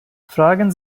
fragen